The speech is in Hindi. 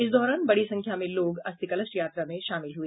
इस दौरान बड़ी संख्या में लोग अस्थि कलश यात्रा में शामिल हुए